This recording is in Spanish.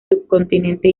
subcontinente